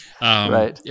Right